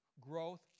growth